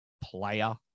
player